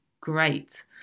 great